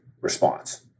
response